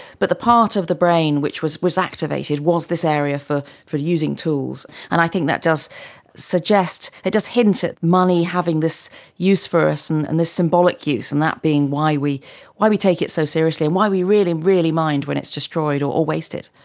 but the part of the brain which was was activated was this area for for using tools, and i think that does suggest, it does hint at money having this use for us and and this symbolic use, and that being why we why we take it so seriously and why we really, really mind when it's destroyed or wasted.